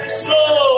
slow